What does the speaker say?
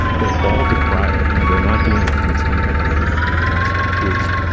they all decry it and they're not doing it from the standpoint of you know, marcel proust.